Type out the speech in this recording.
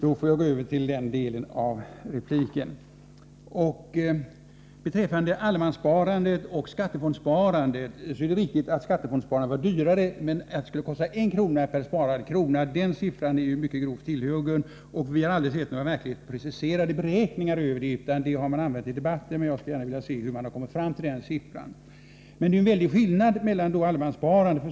Herr talman! Beträffande allemanssparandet och skattefondssparandet är det riktigt att skattefondssparandet var dyrare, men att uppge att det skulle kosta 1 krona per sparad krona är att ta en mycket grovt tillhuggen siffra. Vi har aldrig sett några verkligt preciserade beräkningar av detta, utan man har bara använt denna siffra i debatten, och jag skulle gärna vilja veta hur man har kommit fram till den. Det är stor skillnad mellan skattefondssparandet och allemanssparandet.